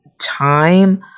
time